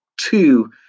two